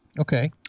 okay